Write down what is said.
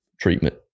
treatment